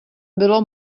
bylo